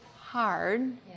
hard